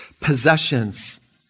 possessions